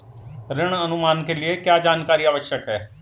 ऋण अनुमान के लिए क्या जानकारी आवश्यक है?